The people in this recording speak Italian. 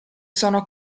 sono